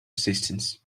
assistance